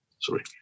Sorry